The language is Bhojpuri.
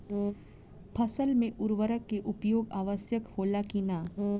फसल में उर्वरक के उपयोग आवश्यक होला कि न?